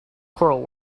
choral